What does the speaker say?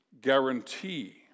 guarantee